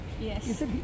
Yes